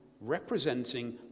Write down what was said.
representing